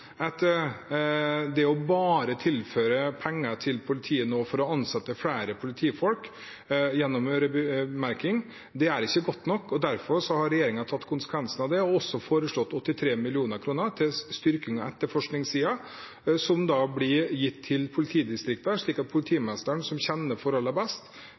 at det å bare tilføre penger til politiet nå for å ansette flere politifolk gjennom øremerking, er ikke godt nok. Derfor har regjeringen tatt konsekvensene av det og også foreslått 83 mill. kr til styrking av etterforskningssiden, som blir gitt til politidistriktene, slik at politimestrene, som kjenner forholdene best,